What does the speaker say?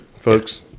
folks